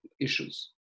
issues